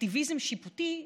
אקטיביזם שיפוטי,